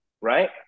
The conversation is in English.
Right